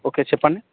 okay చెప్పండి